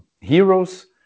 heroes